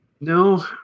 No